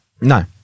no